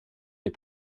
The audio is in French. des